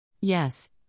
Yes